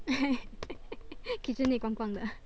KitchenAid 光光的 ah